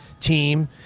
team